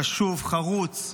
קשוב, חרוץ,